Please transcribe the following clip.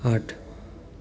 आठ